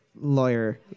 lawyer